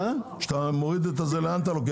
כשאתה מוריד איך אתה לוקח?